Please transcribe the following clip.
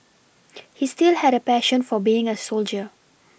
he still had a passion for being a soldier